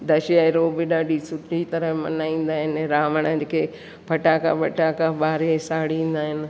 दशहरो बि ॾाढी सुठी तरह मल्हाईंदा आहिनि रावण जेके फटाका वटाका ॿारे साड़ींदा आहिनि